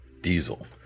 diesel